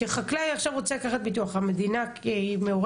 כשחקלאי עכשיו רוצה לקחת ביטוח, המדינה מעורבת?